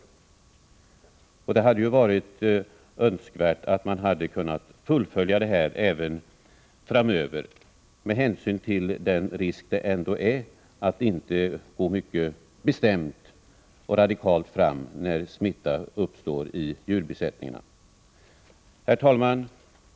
Jordbruksdeparte Det hade varit önskvärt att kunna fullfölja detta även framöver, med — mentets budgethänsyn till den risk det ändå innebär att inte gå mycket bestämt och radikalt förslag fram när smitta uppstår i djurbesättningar. Herr talman!